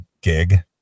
gig